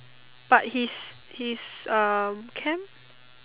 but his his uh camp